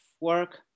work